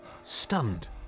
Stunned